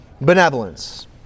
benevolence